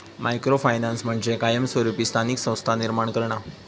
micro finance म्हणजे कायमस्वरूपी स्थानिक संस्था निर्माण करणा